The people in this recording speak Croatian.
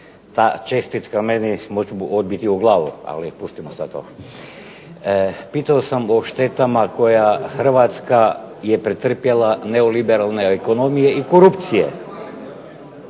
ta čestitka meni moći odbiti o glavu, ali pustimo sada to. Pitao sam o štetama koje Hrvatska je pretrpjela neoliberalne ekonomije i korupcije.